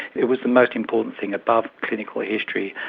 it was the most important thing above clinical history,